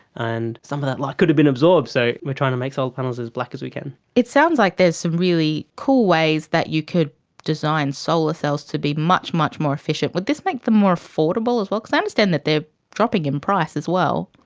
and some of that light could have been absorbed, so we are trying to make solar panels as black as we can. it sounds like there's some really cool ways that you could design solar cells to be much, much more efficient. would this make them more affordable as well? because i understand that they are dropping in price as well.